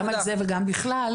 גם על זה וגם בכלל,